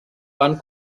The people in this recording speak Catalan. van